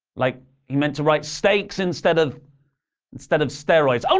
like he meant to write steaks instead of instead of steroids? oh,